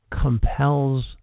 compels